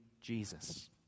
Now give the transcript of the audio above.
Jesus